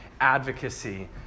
Advocacy